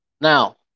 Now